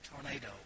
Tornado